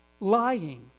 lying